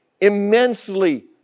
immensely